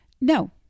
no